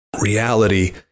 Reality